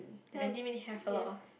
i didn't really have a lot of